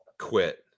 Quit